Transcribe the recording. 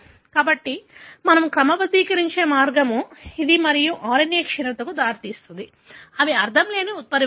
కాబట్టి మనము క్రమబద్ధీకరించే మార్గం ఇది మరియు RNA క్షీణతకు దారితీస్తుంది అని అర్ధంలేని ఉత్పరివర్తనలు